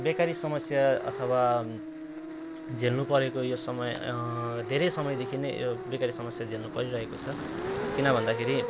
बेकारी समस्या अथवा झेल्नुपरेको यो समय धेरै समयदेखि नै यो बेकारी समस्या झेल्नु परिरहेको छ किन भन्दाखेरि